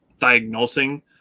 diagnosing –